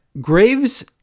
Graves